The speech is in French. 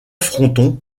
fronton